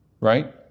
right